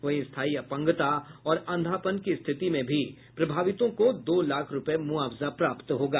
वहीं स्थायी अपंगता और अंधापन की स्थिति में भी प्रभावितों को दो लाख रूपये मुआवजा प्राप्त होगा